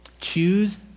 Choose